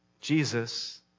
Jesus